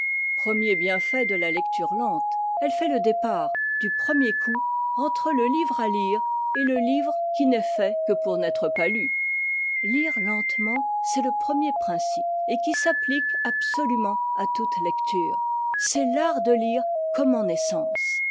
premier bienfait de la lecture lente elle fait le départ du premier coup entre le livre à lire et le livre qui n'est fait que pour n'être pas lu lire lentement c'est le premier principe et qui s'applique absolument à toute lecture c'est l'art de lire comme en